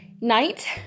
night